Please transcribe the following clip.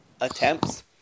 attempts